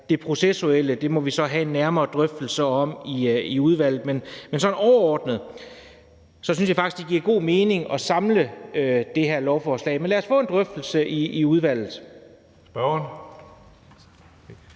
det processuelle må vi have nogle nærmere drøftelser om i udvalget. Sådan overordnet synes jeg faktisk det giver god mening at samle de ting i det her lovforslag, men lad os få en drøftelse af det i udvalget.